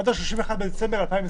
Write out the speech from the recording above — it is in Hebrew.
עד ה-31 בדצמבר 2021,